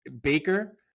Baker